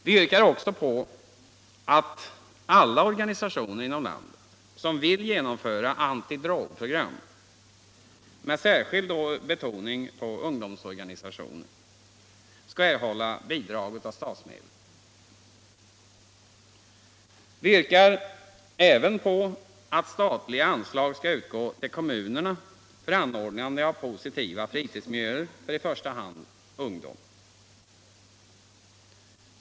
Vi yrkar vidare på att alla organisationer inom landet som vill genomföra antidrogprogram, med särskild betoning på ungdomsorganisationer, skall erhålla bidrag av statsmedel. Dessutom yrkas att statliga anslag skall utgå till kommunerna för anordnande av positiva fritidsmiljöer för i första hand ungdom.